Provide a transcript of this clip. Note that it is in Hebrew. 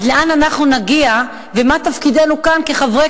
עד לאן אנחנו נגיע ומה תפקידנו כאן כחברי